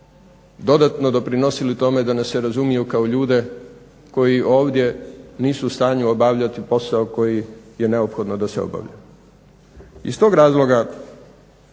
dodatno doprinosili tome da nas se razumije kao ljude koji ovdje nisu obavljati posao koji je neophodno da se obavlja.